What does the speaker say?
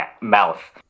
mouth